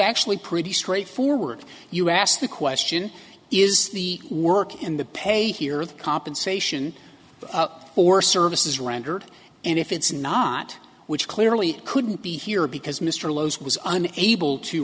actually pretty straightforward you ask the question is the work in the pay here the compensation for services rendered and if it's not which clearly it couldn't be here because mr low's was an able to